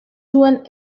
zuen